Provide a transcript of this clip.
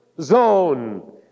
zone